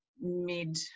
mid